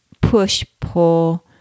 push-pull